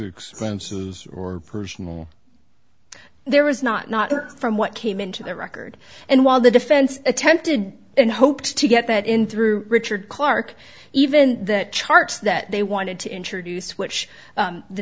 expenses or personal there was not not or from what came into the record and while the defense attempted and hoped to get that in through richard clarke even that charts that they wanted to introduce which